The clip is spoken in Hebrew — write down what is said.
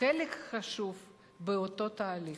חלק חשוב באותו תהליך.